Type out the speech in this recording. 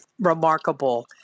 remarkable